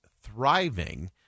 thriving